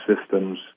systems